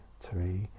three